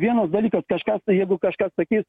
vienas dalykas kažkas tai jeigu kažkas sakys